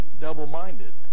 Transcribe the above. double-minded